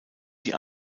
die